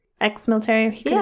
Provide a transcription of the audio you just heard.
ex-military